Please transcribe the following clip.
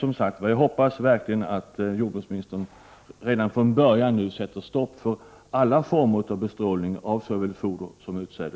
Jag hoppas verkligen att jordbruksministern redan från början sätter stopp för alla former av bestrålning av såväl foder som utsäde.